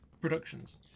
productions